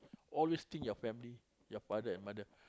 always think of your family your father and mother